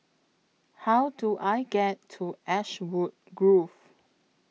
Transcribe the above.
How Do I get to Ashwood Grove